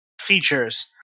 features